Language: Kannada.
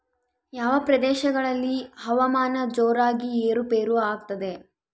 ಯಾವ ಪ್ರದೇಶಗಳಲ್ಲಿ ಹವಾಮಾನ ಜೋರಾಗಿ ಏರು ಪೇರು ಆಗ್ತದೆ?